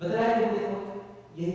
but you